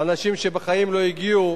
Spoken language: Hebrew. לאנשים שבחיים לא הגיעו